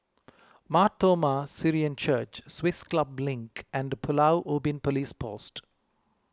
Mar Thoma Syrian Church Swiss Club Link and Pulau Ubin Police Post